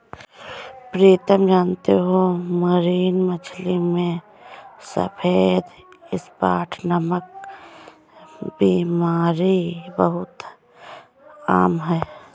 प्रीतम जानते हो मरीन मछली में सफेद स्पॉट नामक बीमारी बहुत आम है